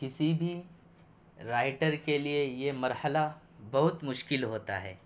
کسی بھی رائٹر کے لیے یہ مرحلہ بہت مشکل ہوتا ہے